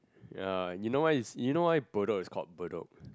ya you know why it's you know why Bedok is called Bedok